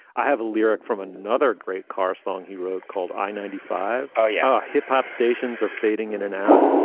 i have a lyric from another great car song he wrote called i nine five. oh, yeah. hip hop stations are fading in and out.